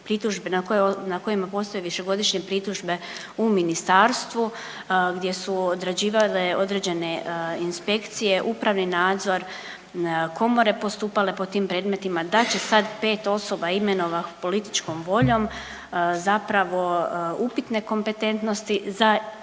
na kojima postoje višegodišnje pritužbe u ministarstvu gdje su odrađivale određene inspekcije upravni nadzor, komore postupale po tim predmetima, da će sad pet osoba imenovanih političkom voljom zapravo upitne kompetentnosti zapravo